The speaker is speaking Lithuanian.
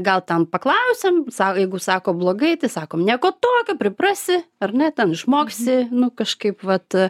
gal ten paklausiam jeigu sako blogai tai sakom nieko tokio priprasi ar ne ten išmoksi nu kažkaip vat